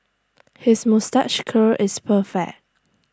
his moustache curl is perfect